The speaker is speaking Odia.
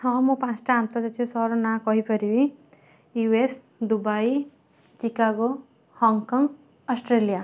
ହଁ ମୁଁ ପାଞ୍ଚଟା ଆନ୍ତର୍ଜାତୀୟ ସହର ନାଁ କହିପାରିବି U S Dubai Chicago Hong Kong Australia